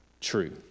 true